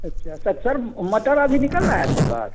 अच्छा sir sir मटर अभी निकल रहा है आपके पास